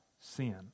sin